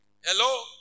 Hello